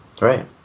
Right